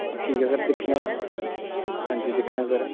ठीक ऐ सर दिक्खनै आं अंजी दिक्खनै आं सर